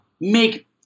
make